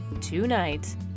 tonight